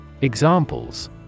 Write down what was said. Examples